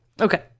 Okay